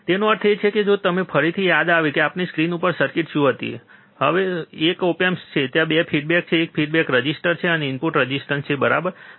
તેનો અર્થ એ છે કે જો તમને ફરીથી યાદ આવે કે આપણી સ્ક્રીન પર સર્કિટ શું હતી તો તે હતું કે ત્યાં એક ઓપ એમ્પ છે ત્યાં 2 ફિડબેક છે એક ફિડબેક રેઝિસ્ટર છે અને એક ઇનપુટ રેઝિસ્ટર છે બરાબર